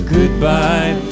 Goodbye